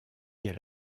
elle